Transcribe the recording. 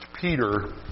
Peter